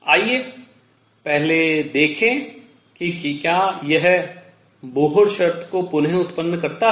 आइए पहले देखें कि क्या यह बोहर शर्त को पुन उत्पन्न करता है